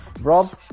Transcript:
Rob